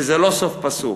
וזה לא סוף פסוק.